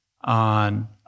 on